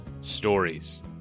stories